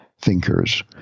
thinkers